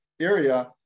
area